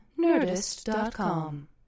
Nerdist.com